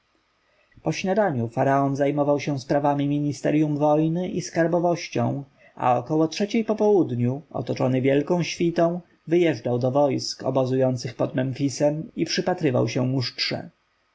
po śniadaniu faraon zajmował się sprawami ministerjum wojny i skarbowością a około trzeciej po południu otoczony wielką świtą wyjeżdżał do wojsk obozujących pod memfisem i przypatrywał się